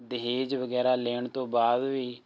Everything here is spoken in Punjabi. ਦਹੇਜ ਵਗੈਰਾ ਲੈਣ ਤੋਂ ਬਾਅਦ ਵੀ